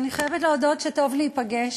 אני חייבת להודות שטוב להיפגש.